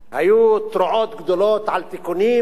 היו תרועות גדולות על תיקונים,